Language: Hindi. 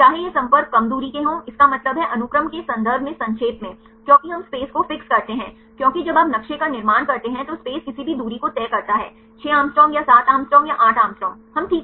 चाहे ये संपर्क कम दूरी के हों इसका मतलब है अनुक्रम के संदर्भ में संक्षेप में क्योंकि हम स्पेस को फिक्स करते हैं क्योंकि जब आप नक्शे का निर्माण करते हैं तो स्पेस किसी भी दूरी को तय करता है 6 Å या 7 Å या 8 Å हम ठीक करते हैं